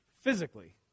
physically